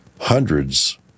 hundreds